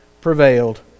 prevailed